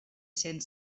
cent